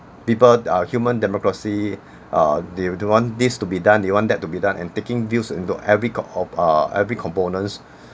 people are human democracy uh they don't want this to be done they want that to be done in taking views into every cu~ of uh every components